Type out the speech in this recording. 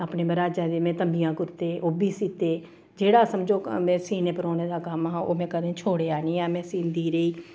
अपने मराजा दे में तम्बियां कुर्ते ओह्बी सीह्ते जेह्ड़ा समझो में सीह्ने परोने दा कम्म ओह् में कदें छोड़ेआ निं ऐ में सीहंदी रेही